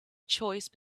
choice